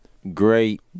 Great